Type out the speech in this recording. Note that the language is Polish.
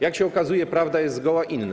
Jak się okazuje, prawda jest zgoła inna.